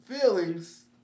feelings